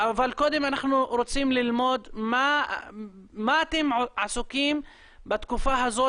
אבל קודם אנחנו רוצים ללמוד מה אתם עסוקים בתקופה הזאת.